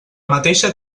mateixa